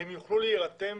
הן יוכלו להירתם